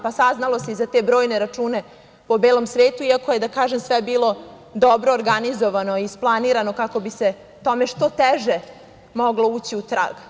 Pa, saznalo se i za te brojne račune po belom svetu, iako je, da kažem, sve bilo dobro organizovano, isplanirano, kako bi se tome što teže moglo ući u trag.